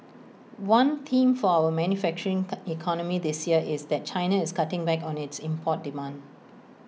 one theme for our manufacturing economy this year is that China is cutting back on its import demand